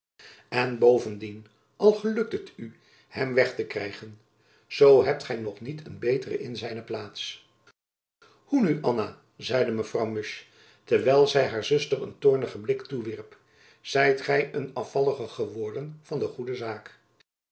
en bovendien al gelukt het u hem weg te krijgen zoo hebt gy nog niet een beteren in zijne plaats hoe nu anna zeide mevrouw musch terwijl zy haar zuster een toornigen blik toewierp zijt gy een afvallige geworden van de goede zaak